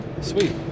Sweet